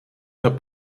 herr